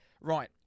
Right